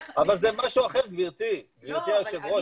אבל זה משהו אחר, גברתי היושבת ראש.